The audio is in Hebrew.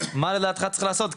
מה לדעתך צריך לעשות,